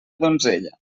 donzella